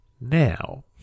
Now